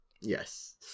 yes